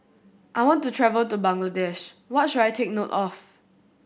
I want to travel to Bangladesh what should I take note of